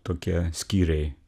tokie skyriai